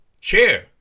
chair